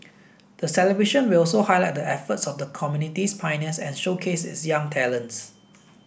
the celebration will also highlight the efforts of the community's pioneers and showcase its young talents